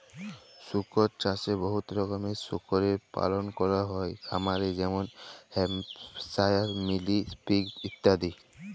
শুকর চাষে বহুত রকমের শুকরের পালল ক্যরা হ্যয় খামারে যেমল হ্যাম্পশায়ার, মিলি পিগ ইত্যাদি